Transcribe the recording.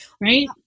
right